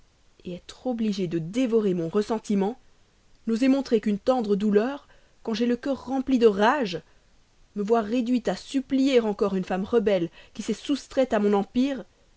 et être obligé de dévorer mon ressentiment n'oser montrer qu'une tendre douleur quand j'ai le cœur rempli de rage me voir réduit à supplier encore une femme rebelle qui s'est soustraite à mon empire